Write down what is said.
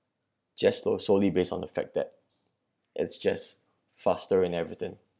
just sole~ solely based on the fact that it's just faster and everything